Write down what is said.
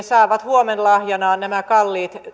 saavat huomenlahjanaan nämä kalliit